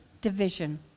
division